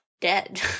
dead